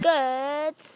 Good